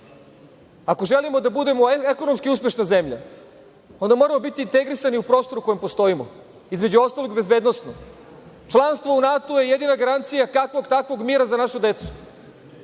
Ako želimo da budemo ekonomski uspešna zemlja, onda moramo biti integrisani u prostoru u kome postojimo, između ostalog i bezbednosno. Članstvo u NATO-u je jedina garancija, kakvog takvog, mira za našu decu.